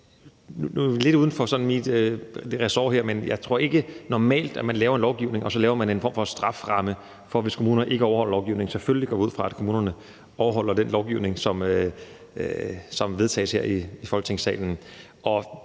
det sådan lidt uden for mit ressort her, men jeg tror ikke, at man normalt, når man laver en lovgivning, laver en form for strafferamme for, hvis kommunerne ikke overholder lovgivningen. Selvfølgelig går vi ud fra, at kommunerne overholder den lovgivning, som vedtages her i Folketingssalen,